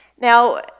Now